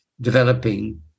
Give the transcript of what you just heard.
developing